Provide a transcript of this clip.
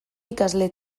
ikasle